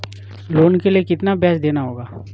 Loan के लिए कितना ब्याज देना होगा?